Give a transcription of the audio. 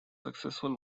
successful